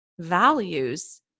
values